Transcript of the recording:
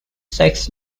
sex